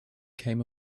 came